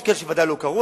יש כאלה שבוודאי לא קראו.